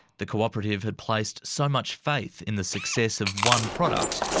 the cooperative had placed so much faith in the success of one product,